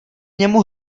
němu